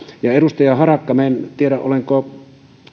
edustaja harakka minä en tiedä olenko